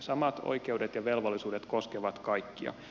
samat oikeudet ja velvollisuudet koskevat kaikkia